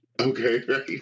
Okay